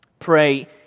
Pray